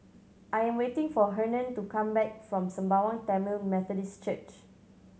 I am waiting for Hernan to come back from Sembawang Tamil Methodist Church